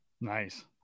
Nice